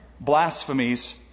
blasphemies